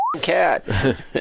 cat